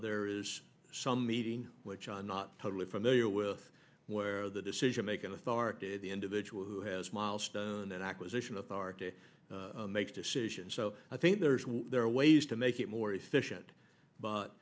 there is some meeting which i'm not totally familiar with where the decision making authority of the individual who has milestone that acquisition authority makes decisions so i think there's there are ways to make it more efficient but